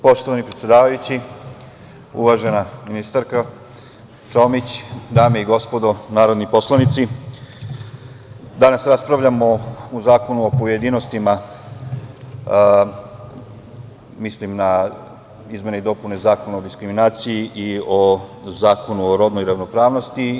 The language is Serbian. Poštovani predsedavajući, uvažena ministarka Čomić, dame i gospodo narodni poslanici, danas raspravljamo o zakonu u pojedinostima, mislim na izmene i dopune Zakona o diskriminaciji, i o Zakonu o rodnoj ravnopravnosti.